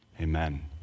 Amen